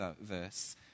verse